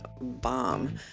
bomb